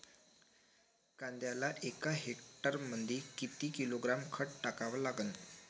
कांद्याले एका हेक्टरमंदी किती किलोग्रॅम खत टाकावं लागन?